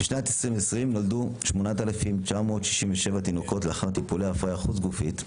בשנת 2020 נולדו 8,967 תינוקות לאחר טיפולי הפריה חוץ גופית,